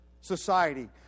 society